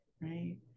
right